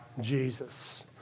Jesus